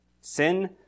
Sin